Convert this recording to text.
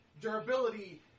Durability